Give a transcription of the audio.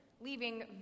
leaving